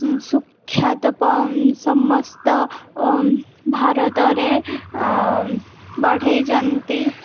ସୁଖ୍ୟାତ ସମସ୍ତ ଭାରତରେ ବଢ଼େଇଛନ୍ତି